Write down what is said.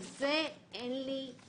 על זה אין לי ממצאים.